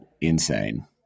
insane